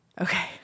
Okay